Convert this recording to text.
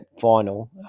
final